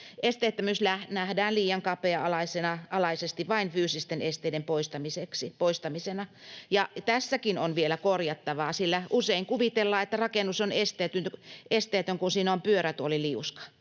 Esteettömyys nähdään liian kapea-alaisesti, vain fyysisten esteiden poistamisena, ja tässäkin on vielä korjattavaa, sillä usein kuvitellaan, että rakennus on esteetön, kun siinä on pyörätuoliliuska